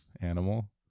animal